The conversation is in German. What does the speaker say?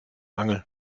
angel